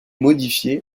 modifié